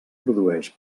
produeix